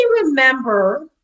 remember